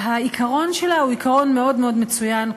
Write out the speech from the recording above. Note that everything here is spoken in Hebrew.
העיקרון שלה הוא עיקרון מאוד מאוד מצוין,